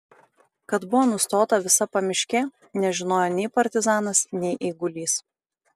kad buvo nustota visa pamiškė nežinojo nei partizanas nei eigulys